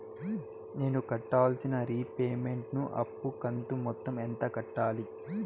నేను కట్టాల్సిన రీపేమెంట్ ను అప్పు కంతు మొత్తం ఎంత కట్టాలి?